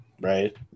right